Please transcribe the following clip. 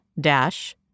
dash